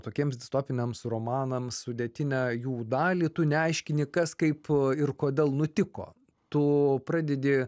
tokiems distopiniams romanams sudėtinę jų dalį tu neaiškini kas kaip ir kodėl nutiko tu pradedi